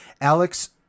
Alex